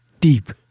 deep